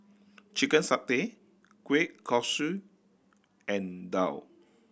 chicken satay kueh kosui and daal